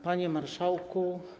Panie Marszałku!